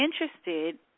interested